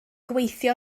gweithio